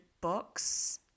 books